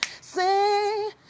sing